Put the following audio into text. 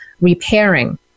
repairing